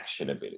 actionability